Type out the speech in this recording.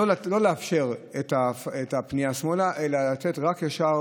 היא לא לאפשר את הפנייה שמאלה אלא לאפשר לצאת רק ישר,